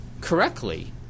correctly